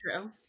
true